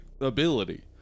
ability